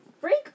Break